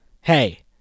Hey